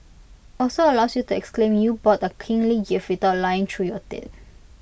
also allows you to exclaim you bought A kingly gift without lying through your teeth